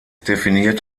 definiert